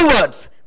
words